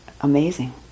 amazing